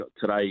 today